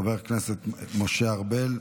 חבר הכנסת משה ארבל,